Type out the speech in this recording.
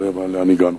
תראה לאן הגענו.